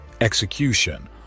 execution